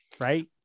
right